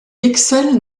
excelle